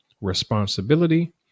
responsibility